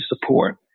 support